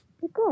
good